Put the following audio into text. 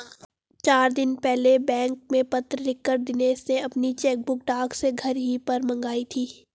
चार दिन पहले बैंक में पत्र लिखकर दिनेश ने अपनी चेकबुक डाक से घर ही पर मंगाई थी